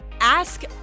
ask